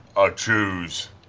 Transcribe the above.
i choose